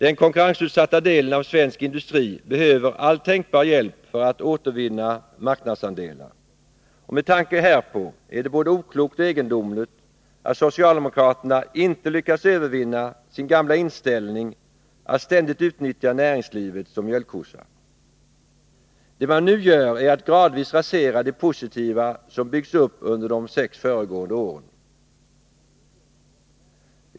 Den konkurrensutsatta delen av svensk industri behöver all tänkbar hjälp för att återvinna marknadsandelar, och med tanke härpå är det både oklokt och egendomligt att socialdemokraterna inte lyckats övervinna sin gamla inställning att ständigt utnyttja näringslivet som mjölkkossa. Det man nu gör är att gradvis rasera det positiva som byggts upp under de sex föregående åren.